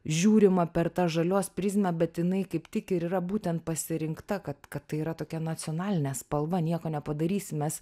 žiūrima per tą žalios prizmę bet jinai kaip tik ir yra būtent pasirinkta kad kad tai yra tokia nacionalinė spalva nieko nepadarysi mes